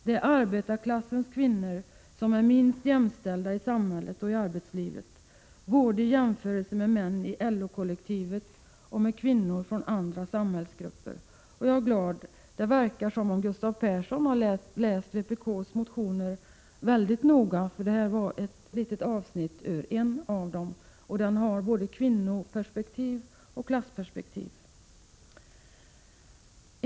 Det är arbetarklassens kvinnor som är minst jämställda i samhället och i arbetslivet, både i jämförelse med män i LO-kollektivet och med kvinnor från andra samhällsgrupper. Jag är glad över att det verkar som om Gustav Persson har läst vpk:s motioner väldigt noga. Det här var ett litet avsnitt ur en av dem, och den har både kvinnoperspektiv och klassperspektiv.